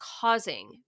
causing